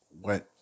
went